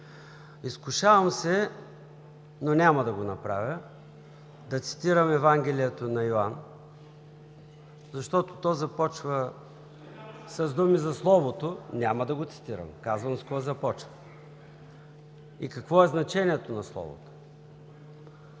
Изкушавам се, но няма да го направя, да цитирам Евангелието на Йоан, защото то започва с думи за словото…(Шум и реплики от ГЕРБ.) Няма да го цитирам, казвам с какво започва и какво е значението на словото.